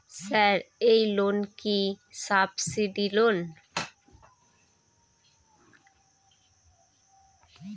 Sir এই loan কি subsidy loan?